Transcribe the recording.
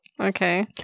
Okay